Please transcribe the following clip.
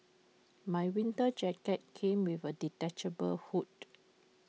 my winter jacket came with A detachable hood